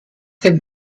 dem